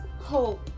hope